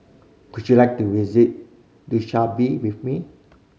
could you like to visit Dushanbe with me